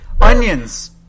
Onions